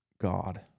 God